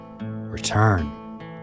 return